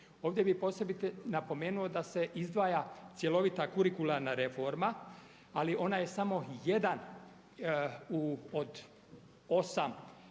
Ovdje bih posebno napomenuo da se izdvaja cjelovita kurikularna reforma ali ona je samo jedan od 8